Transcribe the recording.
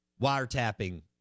wiretapping